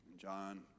John